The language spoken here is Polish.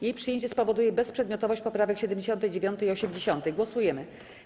Jej przyjęcie spowoduje bezprzedmiotowość poprawek 79. i 80. Głosujemy.